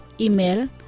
Email